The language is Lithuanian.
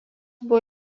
buvo